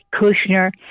Kushner